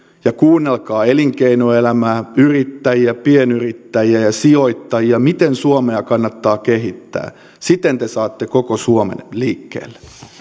ja kuunnelkaa elinkeinoelämää yrittäjiä pienyrittäjiä ja sijoittajia miten suomea kannattaa kehittää siten te saatte koko suomen liikkeelle